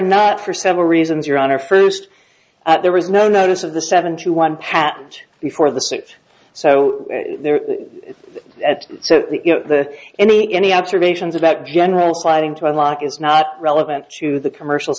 not for several reasons your honor first that there was no notice of the seventy one patent before the six so they're at so you know the any any observations about general trying to unlock is not relevant to the commercial